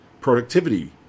productivity